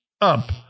up